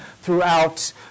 throughout